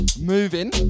Moving